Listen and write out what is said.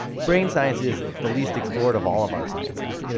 brain science is the least explored of all of our sciences. you know